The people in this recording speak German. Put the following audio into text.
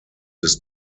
des